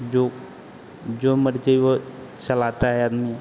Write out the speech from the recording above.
जो जो मर्ज़ी वह चलाता है आदमी